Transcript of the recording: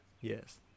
yes